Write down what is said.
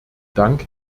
dank